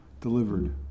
delivered